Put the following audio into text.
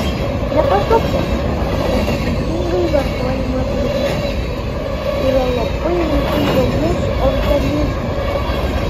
ne paslaptis kad saikingai vartojama druska yra labai naudinga mūsų organizmui